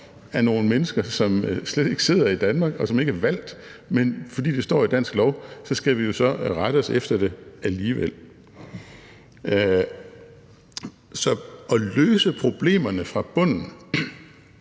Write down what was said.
af nogle mennesker, som slet ikke sidder i Danmark, og som ikke er valgt, men fordi det står i dansk lov, skal vi så rette os efter det alligevel. Så at løse problemerne fra bunden